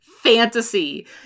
fantasy